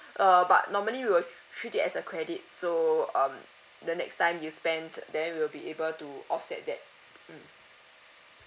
uh but normally we will tr~ treat it as a credit so um the next time you spent then we will be to off that debt mm